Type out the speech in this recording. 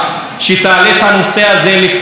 ולבוא עם פתרונות.